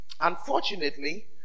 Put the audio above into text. Unfortunately